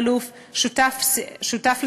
חברת הכנסת